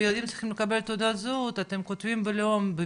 וילדים צריכים לקבל תעודת זהות אתם כותבים בלאום בבירור.